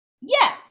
Yes